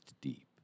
deep